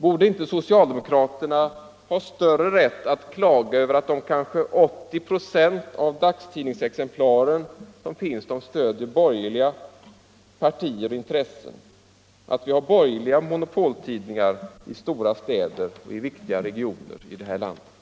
Borde inte socialdemokraterna ha större rätt att klaga över att kanske 80 26 av dagstidningsexemplaren stöder borgerliga partier och intressen, att vi har borgerliga monopoltidningar i stora städer och i viktiga regioner i det här landet?